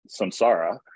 samsara